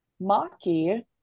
Maki